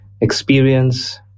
experience